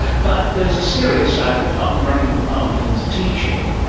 but there is a serious side, apart from running a department and the teaching,